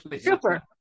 Super